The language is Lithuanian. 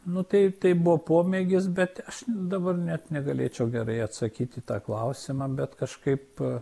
nu tai tai buvo pomėgis bet aš dabar net negalėčiau gerai atsakyt į tą klausimą bet kažkaip